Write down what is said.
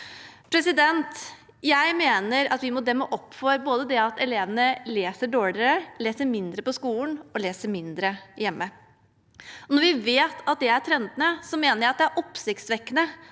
talen. Jeg mener at vi må demme opp for det at elevene leser dårligere, leser mindre på skolen og leser mindre hjemme. Når vi vet at det er trendene, mener jeg det er oppsiktsvekkende